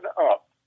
up